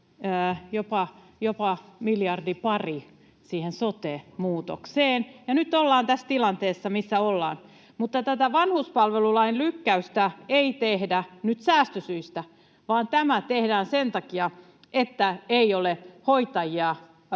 jopa miljardi, pari — siihen sote-muutokseen, ja nyt ollaan tässä tilanteessa, missä ollaan. Mutta tätä vanhuspalvelulain lykkäystä ei tehdä nyt säästösyistä, vaan tämä tehdään sen takia, että ei ole hoitajia